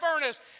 furnace